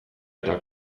eta